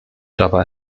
dabei